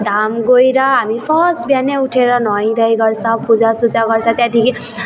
धाम गएर हामी फर्स्ट बबिहानै उठेर नुहाइधुवाइ गर्छ पूजासुजा गर्छ त्यहाँदेखि